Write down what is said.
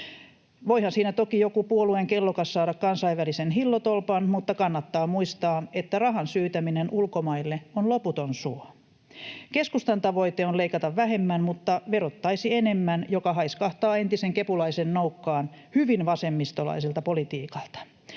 Voihan siinä toki joku puolueen kellokas saada kansainvälisen hillotolpan, mutta kannattaa muistaa, että rahan syytäminen ulkomaille on loputon suo. Keskustan tavoite on leikata vähemmän mutta verottaa enemmän, mikä haiskahtaa entisen kepulaisen nokkaan hyvin vasemmistolaiselta politiikalta.